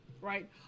right